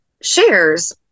shares